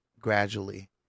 gradually